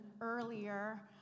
earlier